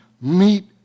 meet